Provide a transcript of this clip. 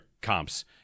comps